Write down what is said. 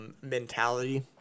mentality